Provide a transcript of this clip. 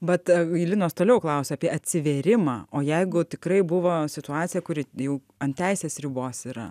bet linos toliau klausiu apie atsivėrimą o jeigu tikrai buvo situacija kuri jau ant teisės ribos yra